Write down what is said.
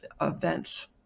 events